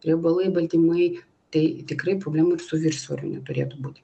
riebalai baltymai tai tikrai problemų ir su viršsvoriu neturėtų būti